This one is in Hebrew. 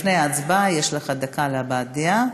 לפני ההצבעה יש לך דקה להבעת דעה,